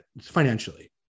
financially